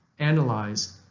analyze,